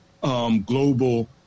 Global